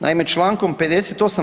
Naime, čl. 58.